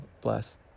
bless